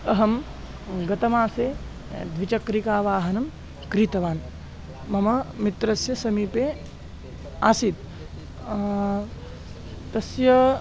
अहं गतमासे द्विचक्रिकावाहनं क्रीतवान् मम मित्रस्य समीपे आसीत् तस्य